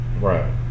Right